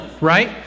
right